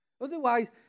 Otherwise